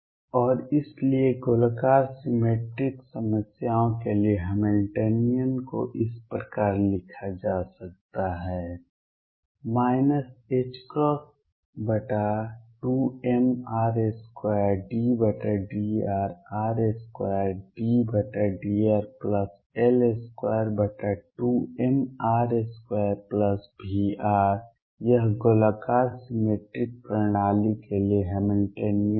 और इसलिए गोलाकार सिमेट्रिक समस्याओं के लिए हैमिल्टनियन को इस प्रकार लिखा जा सकता है 2mr2∂rr2∂rL22mr2Vr यह गोलाकार सिमेट्रिक प्रणाली के लिए हैमिल्टनियन है